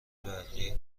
برقی